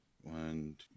One